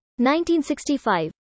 1965